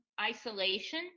isolation